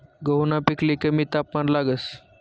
गहूना पिकले कमी तापमान लागस